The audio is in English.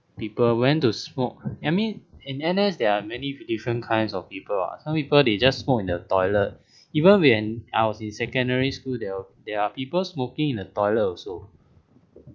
people went to smoke I mean in N_S there are many different kinds of people ah some people they just smoke in the toilet even when I was in secondary school there are there are people smoking in the toilet also